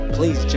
Please